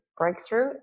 breakthrough